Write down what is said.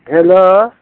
हेल'